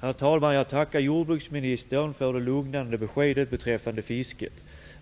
Herr talman! Jag tackar jordbruksministern för det lugnande beskedet beträffandet fisket.